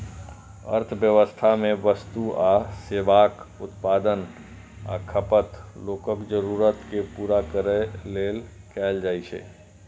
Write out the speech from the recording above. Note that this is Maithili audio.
अर्थव्यवस्था मे वस्तु आ सेवाक उत्पादन आ खपत लोकक जरूरत कें पूरा करै लेल कैल जाइ छै